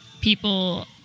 people